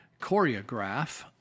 choreograph